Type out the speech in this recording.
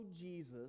Jesus